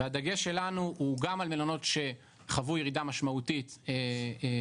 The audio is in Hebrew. והדגש שלנו הוא גם על מלונות שחוו ירידה משמעותית במחזור,